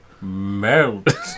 melt